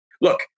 look